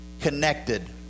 connected